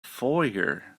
foyer